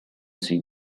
sea